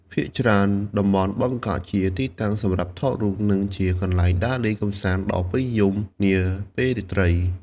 ភាគច្រើន តំបន់បឹកកក់ជាទីតាំងសម្រាប់ថតរូប និងជាកន្លែងដើរលេងកម្សាន្តដ៏ពេញនិយមនាពេលរាត្រី។